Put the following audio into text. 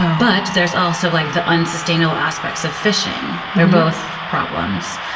but there's also like the unsustainable aspects of fishing. they're both problems.